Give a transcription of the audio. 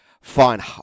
fine